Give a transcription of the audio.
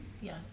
yes